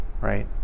right